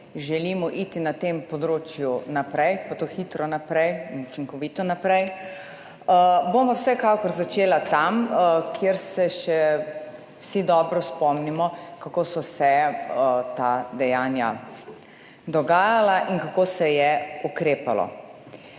želimo iti na tem področju naprej, pa to hitro naprej in učinkovito naprej. Bom pa vsekakor začela tam, kjer se še vsi dobro spomnimo, kako so se ta dejanja dogajala in kako se je ukrepalo.